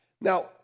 Now